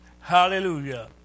hallelujah